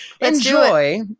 enjoy